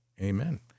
amen